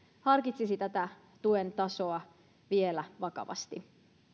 harkitsisi tätä tuen tasoa vielä vakavasti